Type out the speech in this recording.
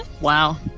Wow